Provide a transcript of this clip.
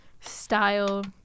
style